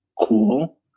cool